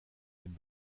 den